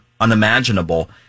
unimaginable